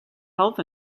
health